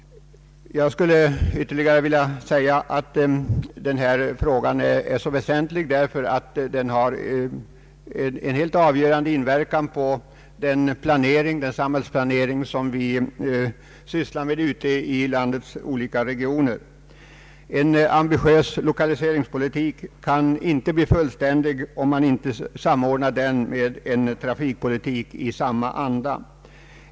Jag skulle ytterligare vilja säga att denna fråga är väsentlig därför att den har en helt avgörande inverkan på den samhällsplanering som vi sysslar med ute i landets olika regioner, En ambitiös lokaliseringspolitik kan inte bli fullständig, om den inte samordnas med en trafikpolitik i samma anda.